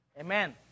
Amen